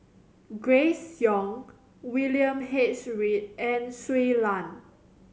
Grace Young William H Read and Shui Lan